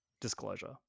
disclosure